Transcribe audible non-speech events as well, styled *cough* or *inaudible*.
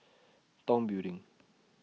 *noise* Tong Building